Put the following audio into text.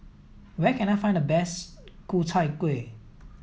where can I find the best Ku Chai Kueh